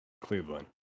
Cleveland